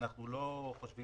אנחנו לא חושבים